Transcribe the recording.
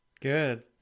Good